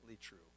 true